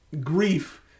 Grief